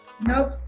Nope